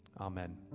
amen